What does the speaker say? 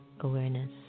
awareness